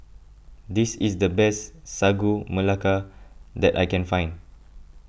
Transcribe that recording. this is the best Sagu Melaka that I can find